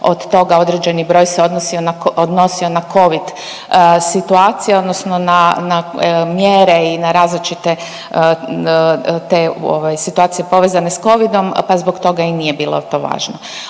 od toga određeni broj se odnosio na Covid situacije odnosno na, na mjere i na različite te situacije povezane s Covidom pa zbog toga i nije to bilo važno.